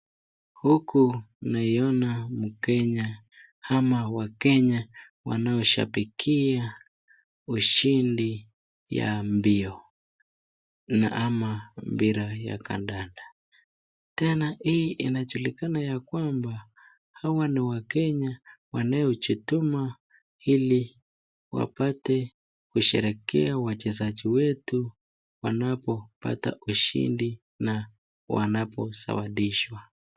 Huku naiona mkenya ama wakenya wanao shabikia ushindi ya mbio ama mpira ya kandanda ,tena hii inajulikana ya kwamba hawa ni wakenya wanao jituma ili wapate kusherekea wachezaji wetu wanapopata ushindi na wanapo zawadishwa.